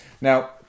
Now